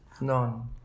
None